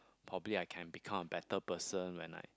probably I can become a better person when I